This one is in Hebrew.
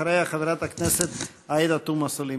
אחריה, חברת הכנסת עאידה תומא סלימאן.